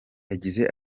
yagize